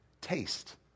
Taste